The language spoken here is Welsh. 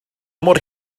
mor